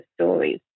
stories